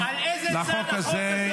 על איזה צד החוק הזה מגן?